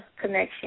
connection